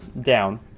down